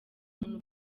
umuntu